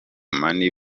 money